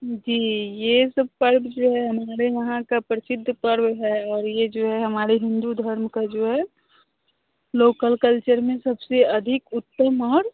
जी ये सब पर्व जो है हमारे यहाँ का प्रसिद्ध पर्व है और ये जो है हमारे हिंदू धर्म का जो है लोकल कल्चर में सबसे अधिक उत्तम और